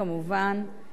כמובן,